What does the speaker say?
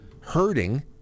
hurting